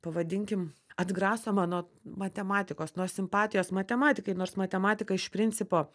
pavadinkim atgraso mano matematikos nors simpatijos matematikai nors matematika iš principo